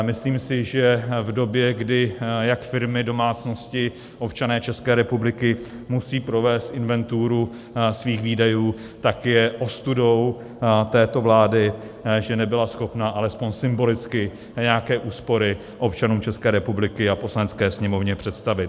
Myslím si, že v době, kdy jak firmy, domácnosti, občané České republiky musí provést inventuru svých výdajů, tak je ostudou této vlády, že nebyla schopna alespoň symbolicky nějaké úspory občanům České republiky a Poslanecké sněmovně představit.